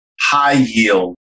high-yield